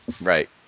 right